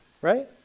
right